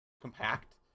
compact